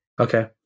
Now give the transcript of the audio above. okay